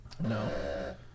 No